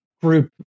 group